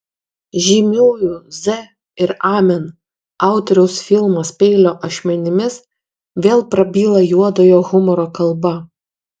žymiųjų z ir amen autoriaus filmas peilio ašmenimis vėl prabyla juodojo humoro kalba